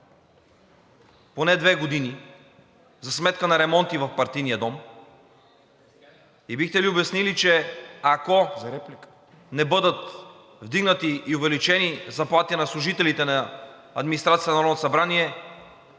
поне две години за сметка на ремонти в Партийния дом? Бихте ли обяснили, че ако не бъдат вдигнати и увеличени заплатите на служителите на администрацията на Народното събрание,